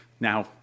Now